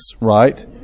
right